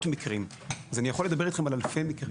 מקרים; אני יכול לדבר איתכם על אלפי מקרים,